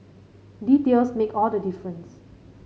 details make all the difference